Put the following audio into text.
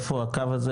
איפה הקו הזה,